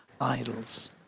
idols